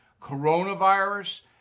coronavirus